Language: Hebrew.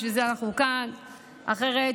בשביל זה אנחנו כאן, אחרת